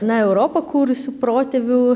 na europą kūrusių protėvių